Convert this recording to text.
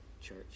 church